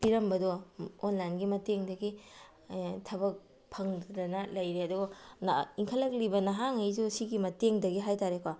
ꯄꯤꯔꯝꯕꯗꯣ ꯑꯣꯟꯂꯥꯏꯟꯒꯤ ꯃꯇꯦꯡꯗꯒꯤ ꯊꯕꯛ ꯐꯪꯗꯗꯅ ꯂꯩꯔꯦ ꯑꯗꯨꯒ ꯏꯟꯈꯠꯂꯛꯂꯤꯕ ꯅꯍꯥꯈꯩꯁꯨ ꯁꯤꯒꯤ ꯃꯇꯦꯡꯗꯒꯤ ꯍꯥꯏꯇꯥꯔꯦꯀꯣ